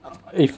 err if